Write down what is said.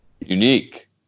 unique